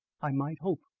i might hope.